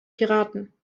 piraten